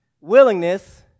willingness